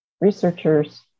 researchers